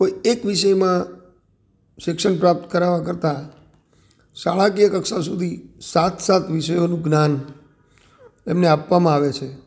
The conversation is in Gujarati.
કોઈ એક વિષયમાં શિક્ષણ પ્રાપ્ત કરાવવા કરતાં શાળાકીય કક્ષા સુધી સાત સાત વિષયોનું જ્ઞાન એમને આપવામાં આવે છે